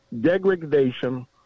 degradation